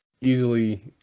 easily